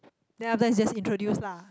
then after that just introduce lah